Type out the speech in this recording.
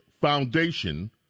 Foundation